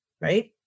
right